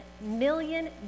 million